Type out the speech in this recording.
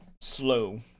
slow